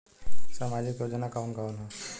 सामाजिक योजना कवन कवन ह?